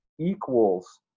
equals